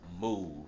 move